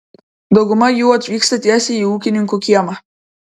dauguma jų atvyksta tiesiai į ūkininkų kiemą